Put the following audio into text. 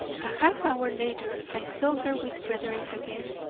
a half-hour later i saw her with frederick again.